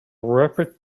rapid